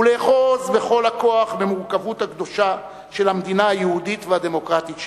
ולאחוז בכל הכוח במורכבות הקדושה של המדינה היהודית והדמוקרטית שלנו.